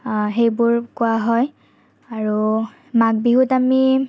সেইবোৰ কোৱা হয় আৰু মাঘবিহুত আমি